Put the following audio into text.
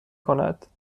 کند